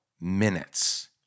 minutes